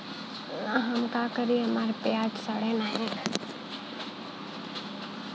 हम का करी हमार प्याज सड़ें नाही?